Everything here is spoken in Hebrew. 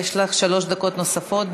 יש לך שלוש דקות נוספות,